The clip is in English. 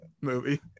movie